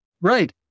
right